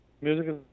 Music